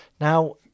Now